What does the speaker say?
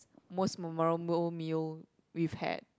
most memorable meal we've had